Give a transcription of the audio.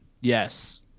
Yes